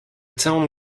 town